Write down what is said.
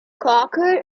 cocker